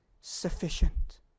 sufficient